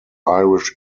irish